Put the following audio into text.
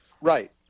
Right